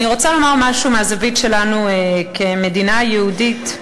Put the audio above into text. אני רוצה לומר משהו מהזווית שלנו כמדינה יהודית.